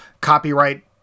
copyright